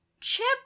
Chip